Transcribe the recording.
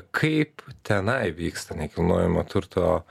kaip tenai vyksta nekilnojamojo turto